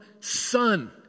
son